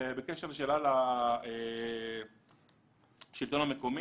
שאלה לשלטון המקומי.